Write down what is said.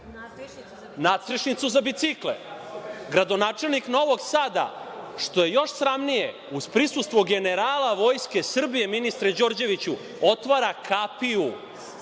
nadstrešnicu za bicikle. Gradonačelnik Novog Sada, što je još sramnije, uz prisustvo generala Vojske Srbije, ministre Đorđeviću, otvara kapiju.